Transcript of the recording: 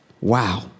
wow